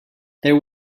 there